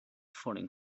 falling